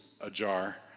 ajar